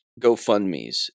GoFundmes